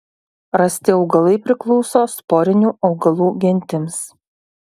rasti augalai priklauso sporinių augalų gentims